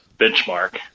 benchmark